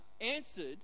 answered